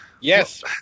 Yes